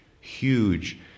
huge